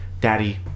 daddy